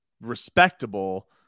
respectable